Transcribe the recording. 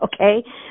okay